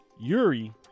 Yuri